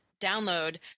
download